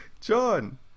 John